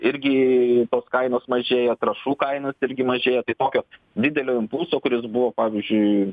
irgi kainos mažėjo trąšų kainos irgi mažėjo tai tokio didelio impulso kuris buvo pavyzdžiui